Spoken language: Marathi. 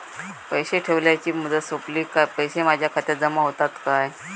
पैसे ठेवल्याची मुदत सोपली काय पैसे माझ्या खात्यात जमा होतात काय?